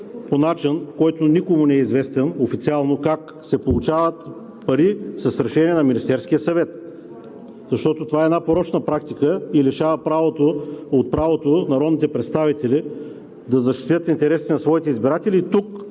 по начин, който никому не е известен официално как се получават пари с решение на Министерския съвет. Защото това е една порочна практика и лишава от правото народните представители да защитят интересите на своите избиратели и тук